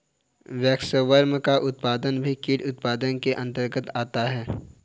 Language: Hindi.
वैक्सवर्म का उत्पादन भी कीट उत्पादन के अंतर्गत आता है